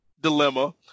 dilemma